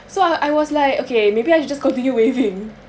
so I was like okay maybe I should just continue waving